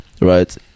right